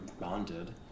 bonded